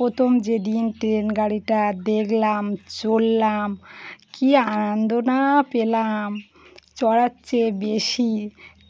প্রথম যেদিন ট্রেন গাড়িটা দেখলাম চড়লাম কী আনন্দ না পেলাম চড়ার চেয়ে বেশি